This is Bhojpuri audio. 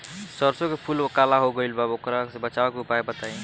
सरसों के फूल काला हो गएल बा वोकरा से बचाव के उपाय बताई?